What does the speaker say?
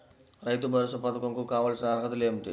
రైతు భరోసా పధకం కు కావాల్సిన అర్హతలు ఏమిటి?